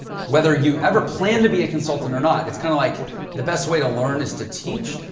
whether you ever plan to be a consultant or not, it's kind of like the best way to learn is to teach.